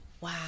Wow